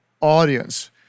audience